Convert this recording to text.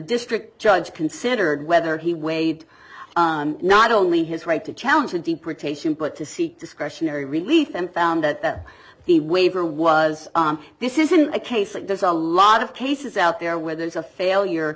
district judge considered whether he weighed not only his right to challenge the deportation put to seek discretionary relief and found that the waiver was this isn't a case like there's a lot of cases out there where there's a failure